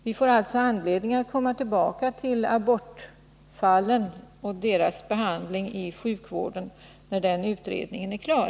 Vi får alltså anledning att komma tillbaka till abortfallen och deras behandling i sjukvården när den utredningen blir klar.